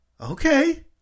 Okay